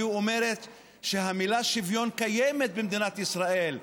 והיא אומרת שהמילה שוויון קיימת במדינת ישראל,